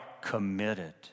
committed